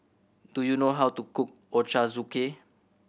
do you know how to cook Ochazuke